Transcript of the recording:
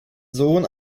sohn